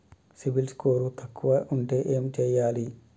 CIBIL score తక్కువ ఉంటే ఏం చేయాలి?